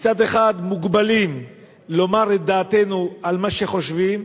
מצד אחד מוגבלים לומר את דעתנו על מה שחושבים,